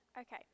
okay